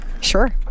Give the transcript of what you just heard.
Sure